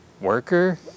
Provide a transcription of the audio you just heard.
worker